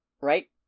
Right